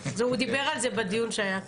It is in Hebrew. והוא דיבר על זה בדיון שהיה כאן.